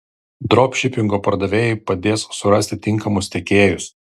dropšipingo pardavėjai padės surasti tinkamus tiekėjus